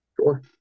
sure